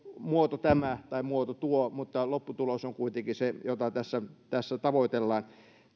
muoto tämä tai muoto tuo mutta lopputulos on kuitenkin se jota tässä tässä tavoitellaan